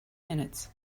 minutes